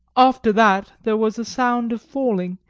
after that there was a sound of falling,